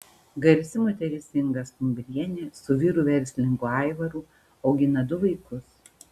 garsi moteris inga stumbrienė su vyru verslininku aivaru augina du vaikus